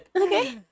Okay